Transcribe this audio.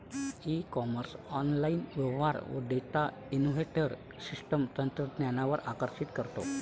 E commerce online व्यवहार data inventory system तंत्रज्ञानावर आकर्षित करतो